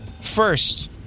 first